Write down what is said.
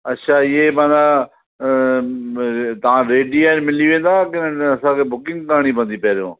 अच्छा ये माना तव्हां रेडी ई मिली वेंदा की न असांखे बुकिंग करिणी पवंदी पंहिंरियो